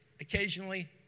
occasionally